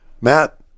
Matt